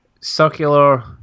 circular